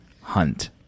Hunt